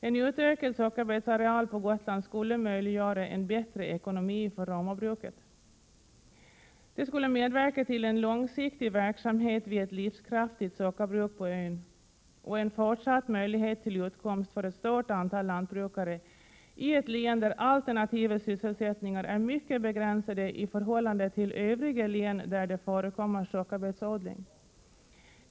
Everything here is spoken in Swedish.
En utökad sockerbetsareal på Gotland skulle möjliggöra en bättre ekonomi för Romabruket. Detta skulle medverka till en långsiktig verksamhet vid ett livskraftigt sockerbruk på ön och en fortsatt möjlighet till utkomst för ett stort antal lantbrukare i ett län, där alternativa sysselsättningar är mycket begränsade i förhållande till övriga län där det förekommer sockerbetsodling.